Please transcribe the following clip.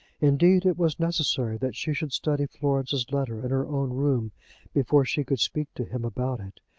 indeed it was necessary that she should study florence's letter in her own room before she could speak to him about it.